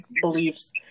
beliefs